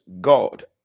God